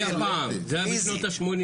זה היה פעם, זה היה שנות ה-80.